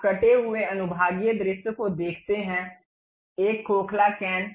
आप कटे हुए अनुभागीय दृश्य को देखते हैं एक खोखला कैन